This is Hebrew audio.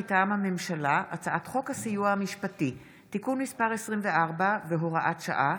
מטעם הממשלה: הצעת חוק הסיוע המשפטי (תיקון מס' 24 והוראת שעה)